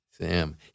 Sam